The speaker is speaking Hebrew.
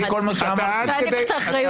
אני לוקחת את האחריות.